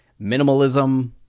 Minimalism